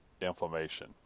inflammation